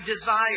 desire